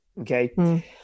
okay